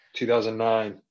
2009